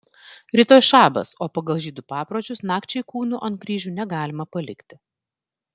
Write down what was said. rytoj šabas o pagal žydų papročius nakčiai kūnų ant kryžių negalima palikti